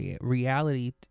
reality